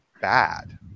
bad